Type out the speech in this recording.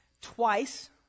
twice